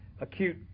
acute